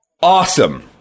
Awesome